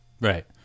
Right